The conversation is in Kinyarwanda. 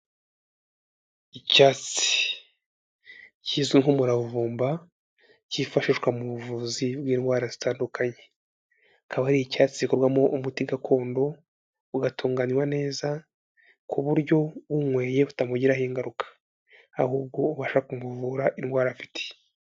Icyatsi kizwi nk'umuravumba, cyifashishwa mu buvuzi bw'indwara zitandukanye. Akaba ari icyatsi gikorwamo umuti gakondo, ugatunganywa neza, ku buryo uwunyweye utamugiraho ingaruka. Ahubwo ubashaka kumuvura, indwara afite.